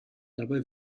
dabei